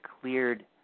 cleared